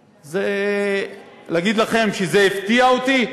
זה, להגיד לכם שזה הפתיע אותי?